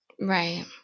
Right